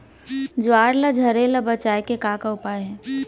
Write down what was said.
ज्वार ला झरे ले बचाए के का उपाय हे?